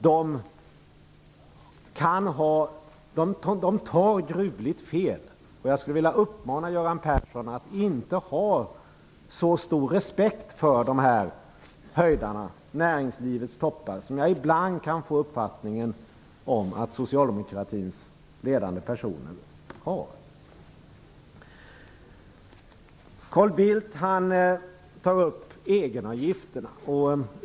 De tar gruvligt fel, och jag skulle vilja uppmana Göran Persson att inte ha så stor respekt för de här "höjdarna", näringslivets toppar, som jag ibland kan få uppfattningen att socialdemokratins ledande personer har. Carl Bildt tog upp egenavgifterna.